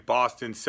Boston